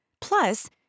Plus